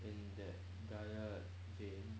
in that diet vain